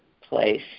place